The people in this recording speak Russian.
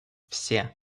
все